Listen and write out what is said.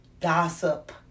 gossip